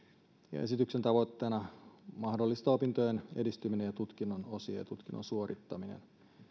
esityksen tavoitteena on mahdollistaa opintojen edistyminen ja tutkinnon osien ja tutkinnon suorittaminen